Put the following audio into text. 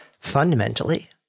Fundamentally